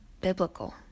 biblical